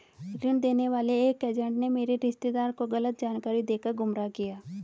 ऋण देने वाले एक एजेंट ने मेरे रिश्तेदार को गलत जानकारी देकर गुमराह किया